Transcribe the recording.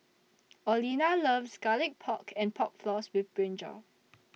Orlena loves Garlic Pork and Pork Floss with Brinjal